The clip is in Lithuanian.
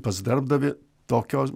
pas darbdavį tokios